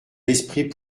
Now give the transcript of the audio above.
l’esprit